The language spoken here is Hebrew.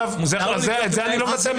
את זה אני לא מבטל.